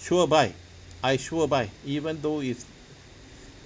sure buy I sure buy even though it's